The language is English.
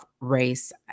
race